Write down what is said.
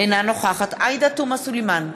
אינה נוכחת עאידה תומא סלימאן,